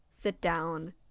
sit-down